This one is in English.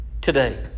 Today